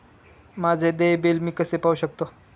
माझे देय बिल मी कसे पाहू शकतो?